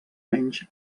menys